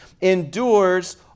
endures